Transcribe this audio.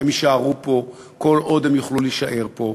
הם יישארו פה כל עוד הם יוכלו להישאר פה.